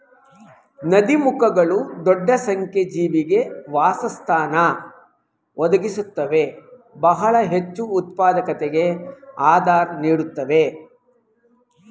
ನದೀಮುಖಗಳು ದೊಡ್ಡ ಸಂಖ್ಯೆ ಜೀವಿಗೆ ಆವಾಸಸ್ಥಾನ ಒದಗಿಸುತ್ವೆ ಬಹಳ ಹೆಚ್ಚುಉತ್ಪಾದಕತೆಗೆ ಆಧಾರ ನೀಡುತ್ವೆ